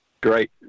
great